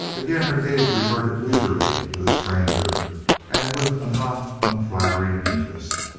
again her gaze reverted leisurely to the stranger and with a not unflattering interest.